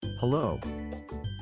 Hello